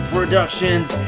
Productions